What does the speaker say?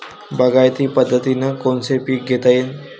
बागायती पद्धतीनं कोनचे पीक घेता येईन?